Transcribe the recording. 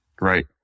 Right